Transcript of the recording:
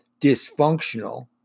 dysfunctional